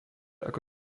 ako